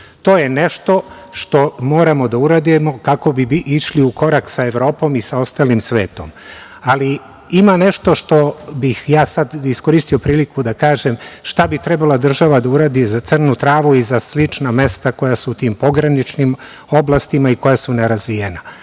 To je nešto što moramo da uradimo kako bi išli u korak sa Evropom i sa ostalim svetom. Ali, ima nešto što bih sad iskoristio priliku da kažem šta bi trebala država da uradi za Crnu Travu i za slična mesta koja su u tim pograničnim oblastima i koja su nerazvijena. Nije